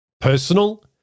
personal